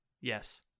yes